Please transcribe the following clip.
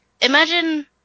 imagine